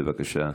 בבקשה.